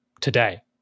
today